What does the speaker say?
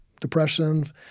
depression